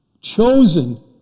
chosen